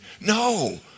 no